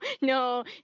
no